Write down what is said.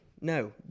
No